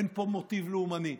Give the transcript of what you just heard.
אין פה מוטיב לאומני.